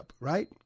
right